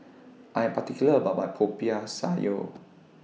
I Am particular about My Popiah Sayur